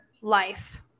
life